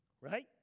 right